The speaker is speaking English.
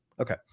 Okay